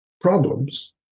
problems